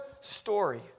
story